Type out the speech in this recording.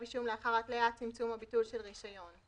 אישום לאחר התליית צמצום הביטול של רישיון.